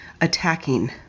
attacking